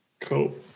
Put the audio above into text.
Cool